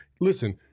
listen